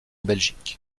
belgique